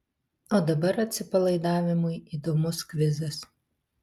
o dabar atsipalaidavimui įdomus kvizas